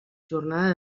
jornada